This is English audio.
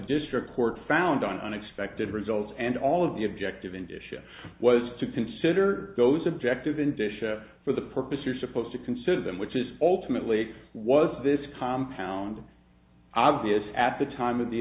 district court found on unexpected results and all of the objective in dish it was to consider those objective in addition for the purpose you're supposed to consider them which is ultimately was this compound obvious at the time of the